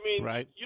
Right